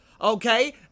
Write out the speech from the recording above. okay